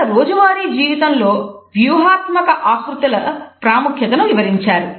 మన రోజువారీ జీవితంలో వ్యూహాత్మక ఆకృతుల ప్రాముఖ్యతను వివరించారు